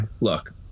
look